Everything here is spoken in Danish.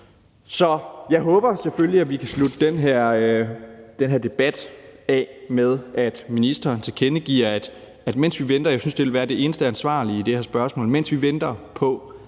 Så jeg håber selvfølgelig, at vi kan slutte den her debat af med, at ministeren tilkendegiver – og jeg synes, det ville være det eneste ansvarlige i det her spørgsmål – at mens vi venter på